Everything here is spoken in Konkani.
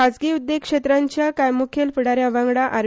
खाजगी उद्देग क्षेत्रांच्या काय मुखेल फुडा यांवागंडा आर